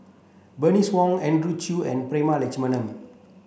Bernice Wong Andrew Chew and Prema Letchumanan